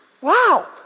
wow